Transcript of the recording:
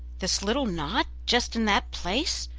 this little knot just in that place